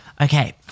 Okay